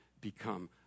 become